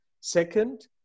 Second